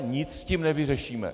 Nic tím nevyřešíme.